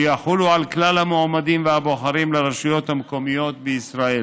שיחולו על כלל המועמדים והבוחרים לרשויות המקומיות בישראל.